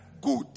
good